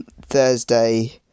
Thursday